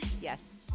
Yes